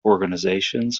organizations